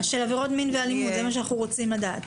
של עבירות מין ואלימות, זה מה שאנחנו רוצים לדעת.